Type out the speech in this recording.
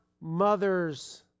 mothers